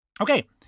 Okay